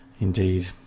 Indeed